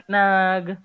nag